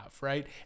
right